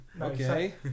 okay